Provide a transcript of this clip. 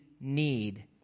need